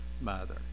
mother